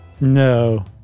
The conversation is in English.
No